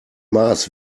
mars